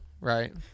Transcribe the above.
Right